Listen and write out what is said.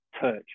touch